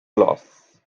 loss